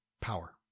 power